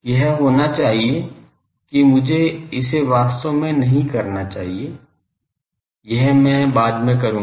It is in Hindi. यह होना चाहिए कि मुझे इसे वास्तव में नहीं कहना चाहिए यह मैं बाद में करूँगा